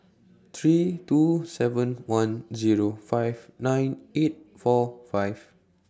three two seven one Zero five nine eight four five